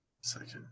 Second